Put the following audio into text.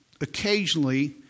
occasionally